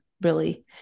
really-